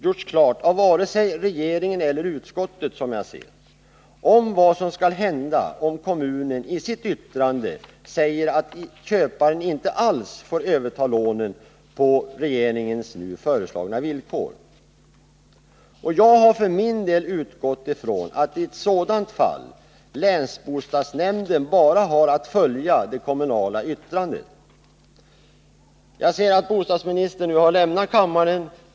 gjorts klart av vare sig regeringen eller utskottet vad som skall hända om kommunen i sitt yttrande säger att köparen inte alls får överta lånen på regeringens nu föreslagna villkor. Jag har för min del utgått från att i sådant fall länsbostadsnämnden bara har att följa det kommunala yttrandet. Jag ser att bostadsministern nu lämnat kammaren.